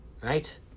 Right